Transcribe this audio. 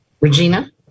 Regina